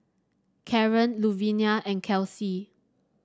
Kaaren Luvinia and Kelcie